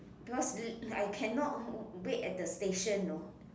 because I cannot wait at the station know